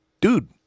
dude